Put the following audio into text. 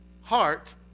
heart